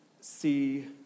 see